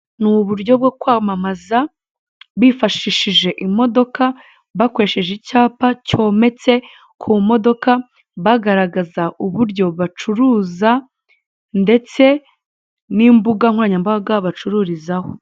Ni uburyo bwo kwamamaza bifashishije imodoka bakoresheje icyapa cyometse ku modoka, bagaragaza uburyo bacuruza ndetse n'imbugankoranyambaga bacururizaho.